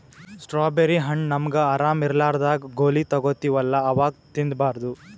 strawberry ಹಣ್ಣ್ ನಮ್ಗ್ ಆರಾಮ್ ಇರ್ಲಾರ್ದಾಗ್ ಗೋಲಿ ತಗೋತಿವಲ್ಲಾ ಅವಾಗ್ ತಿನ್ಬಾರ್ದು